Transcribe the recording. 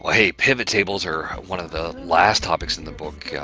hey pivot tables are one of the last topics in the book. yeah